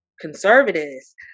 conservatives